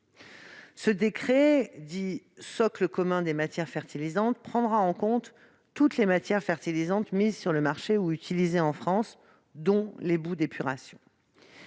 Ce décret dit « socle commun des matières fertilisantes et supports de culture » prendra en compte toutes les matières fertilisantes mises sur le marché ou utilisées en France, dont les boues d'épuration.